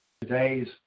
today's